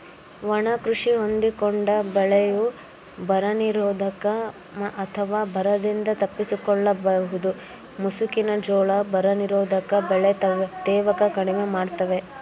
ಒಣ ಕೃಷಿ ಹೊಂದಿಕೊಂಡ ಬೆಳೆಯು ಬರನಿರೋಧಕ ಅಥವಾ ಬರದಿಂದ ತಪ್ಪಿಸಿಕೊಳ್ಳಬಹುದು ಮುಸುಕಿನ ಜೋಳ ಬರನಿರೋಧಕ ಬೆಳೆ ತೇವನ ಕಡಿಮೆ ಮಾಡ್ತವೆ